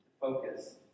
focus